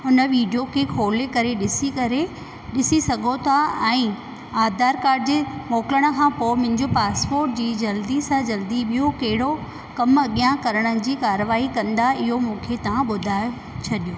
उन वीडियो खे खोले करे ॾिसी करे ॾिसी सघो था ऐं आधार काड जे मोकिलण खां पोइ मुंहिंजो पासपोट जी जल्दी सां जल्दी ॿियो कहिड़ो कमु अॻियां करण जी कारवाई कंदा इयो मूंखे तव्हां ॿुधाए छॾिजो